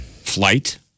Flight